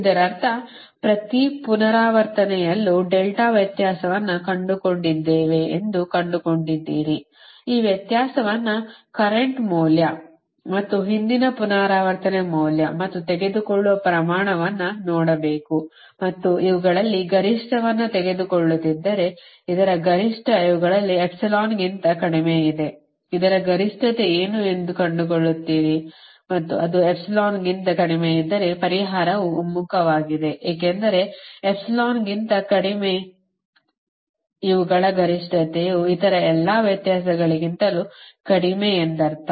ಇದರರ್ಥ ಪ್ರತಿ ಪುನರಾವರ್ತನೆಯಲ್ಲೂ ಡೆಲ್ಟಾ ವ್ಯತ್ಯಾಸವನ್ನು ಕಂಡುಕೊಂಡಿದ್ದೇವೆ ಎಂದು ಕಂಡುಕೊಂಡಿದ್ದೀರಿ ಈ ವ್ಯತ್ಯಾಸವನ್ನು ಕರೆಂಟ್ ಮೌಲ್ಯ ಮತ್ತು ಹಿಂದಿನ ಪುನರಾವರ್ತನೆ ಮೌಲ್ಯ ಮತ್ತು ತೆಗೆದುಕೊಳ್ಳುವ ಪ್ರಮಾಣವನ್ನು ನೋಡಬೇಕು ಮತ್ತು ಇವುಗಳಲ್ಲಿ ಗರಿಷ್ಠವನ್ನು ತೆಗೆದುಕೊಳ್ಳುತ್ತಿದ್ದರೆ ಇದರ ಗರಿಷ್ಠ ಇವುಗಳಲ್ಲಿ ಎಪ್ಸಿಲಾನ್ ಗಿಂತ ಕಡಿಮೆಯಿದೆ ಇದರ ಗರಿಷ್ಠತೆ ಏನು ಎಂದು ಕಂಡುಕೊಳ್ಳುತ್ತೀರಿ ಮತ್ತು ಅದು ಎಪ್ಸಿಲಾನ್ ಗಿಂತ ಕಡಿಮೆಯಿದ್ದರೆ ಪರಿಹಾರವು ಒಮ್ಮುಖವಾಗಿದೆ ಏಕೆಂದರೆ ಎಪ್ಸಿಲಾನ್ ಗಿಂತ ಕಡಿಮೆ ಇವುಗಳ ಗರಿಷ್ಠತೆಯು ಇತರ ಎಲ್ಲ ವ್ಯತ್ಯಾಸಗಳುಗಳಿಗಿಂತಲೂ ಕಡಿಮೆ ಎಂದರ್ಥ